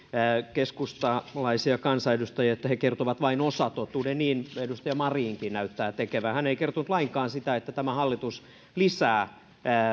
keskustalaisia kansanedustajia että he kertovat vain osatotuuden niin edustaja marinkin näyttää tekevän hän ei kertonut lainkaan sitä että tämä hallitus lisää